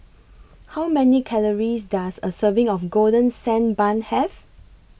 How Many Calories Does A Serving of Golden Sand Bun Have